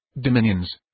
dominions